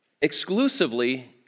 exclusively